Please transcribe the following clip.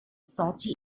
salty